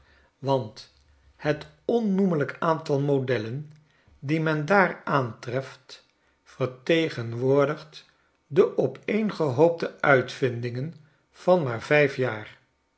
want het onnoemelijk aantal modellen die men daar aantreft vertegenwoordigt de opeengehoopte uitvindingen van maar vijf jaar